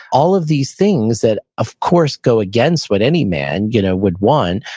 all of these things that of course go against what any man you know would want,